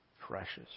precious